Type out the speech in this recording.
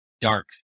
Dark